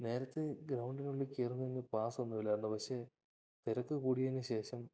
നേരത്തെ ഗ്രൗണ്ടിനുള്ളിൽ കയറുന്നതിന് പാസൊന്നും ഇല്ലായിരുന്നു പക്ഷേ തിരക്കു കൂടിയതിനുശേഷം